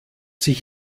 sich